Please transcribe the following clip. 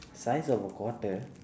size of a quarter